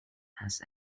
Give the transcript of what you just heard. has